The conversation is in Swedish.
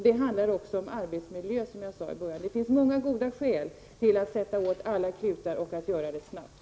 Det handlar, som jag sade i början av debatten, också om arbetsmiljö. Det finns alltså många goda skäl att sätta åt alla klutar och att göra det snabbt.